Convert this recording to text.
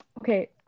okay